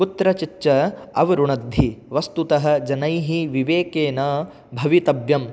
कुत्रचिच्च अवरुणद्धि वस्तुतः जनैः विवेकेन भवितव्यम्